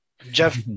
Jeff